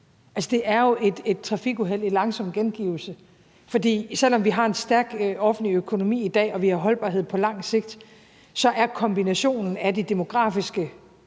det er jo et trafikuheld i langsom gengivelse. For selv om vi har en stærk offentlig økonomi i dag og vi har holdbarhed på lang sigt, er der en kombination af demografiske